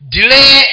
Delay